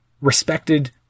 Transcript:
respected